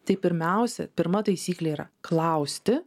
tai pirmiausia pirma taisyklė yra klausti